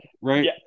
Right